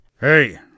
Hey